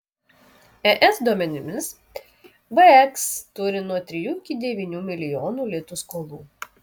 es duomenimis veks turi nuo trijų iki devynių milijonų litų skolų